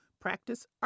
practice